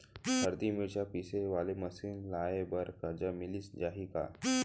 हरदी, मिरचा पीसे वाले मशीन लगाए बर करजा मिलिस जाही का?